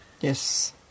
Yes